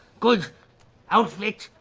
good outfit,